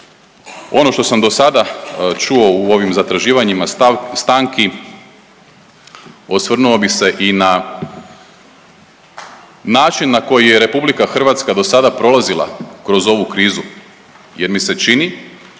ono što sam dosada čuo u ovim zatraživanjima stanki osvrnuo bih se i na način na koji je RH dosada prolazila kroz ovu krizu jer mi se čini